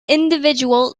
individual